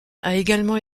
également